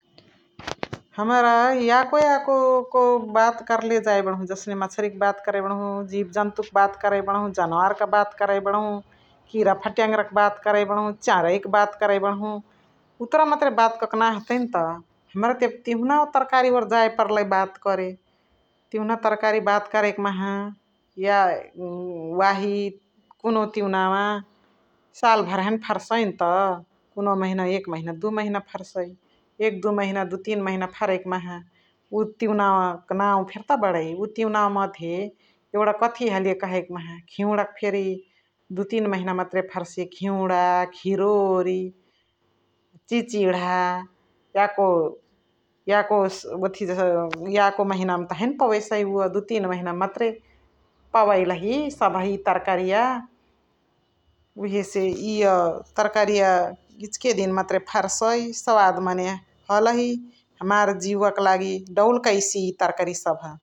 हमरा याको याको कोगो क बात कर्ले जाइ बढु जसने मछरिय क बात करइ बडहु, जिब जन्तु क बात करइ बडहु, जनावर क बात करइ बडहु, किरा फटयनग्रा क बात करइ बडहु, चेरइ बात करइ बडहु उतुरा मतरे बात क के नही हतएनत । हाम्राअ त एबे तिउनवा तरकारी ओरि जाइ पर्लइ बात करे । तिउनवा तरकारी का बात करइ कि माहा वाही कुनुहु तिउनवा साल भरी हैने फर्सइन्त्, कुनुहु एक महिना दुइ महिना फर्सइ । एक महिना दुइ महिना दुइ तीन महिना फर्सइ कि माहा उव तिउनवा क नाउ फेर्कात बणै । उवा तिउनवा मधे यगुडा कथि हलिय कहइ माहा गिउड क फेरी दुइ तीन महिना मतरे फर्सिय गिउड, घिरोरि, चिचिढा याको ओथिजा याको महिनावा मा त हैने पवेसइ उव दुइ तीन महिना मतरे पवैलही सभ इय तर्कारिया । उहेसे इय तर्कारिया इचिके दिन मतरे फर्सइ सवाद मने हलही हमार जिउक लागी दौल कैसिय इ तर्कारी सभ ।